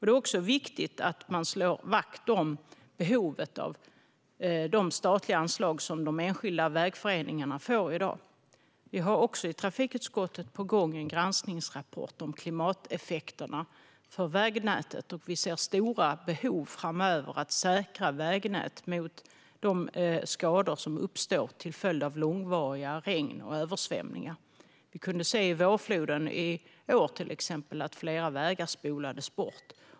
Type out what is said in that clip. Det är också viktigt att slå vakt om behovet av de statliga anslag som de enskilda vägföreningarna får i dag. I trafikutskottet har vi vidare en granskningsrapport om klimateffekterna för vägnätet på gång. Vi ser stora behov framöver av att säkra vägnät mot de skador som uppstår till följd av långvariga regn och översvämningar. Under till exempel årets vårflod spolades flera vägar bort.